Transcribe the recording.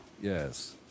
Yes